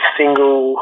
single